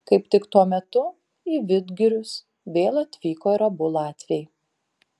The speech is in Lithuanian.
kaip tik tuo metu į vidgirius vėl atvyko ir abu latviai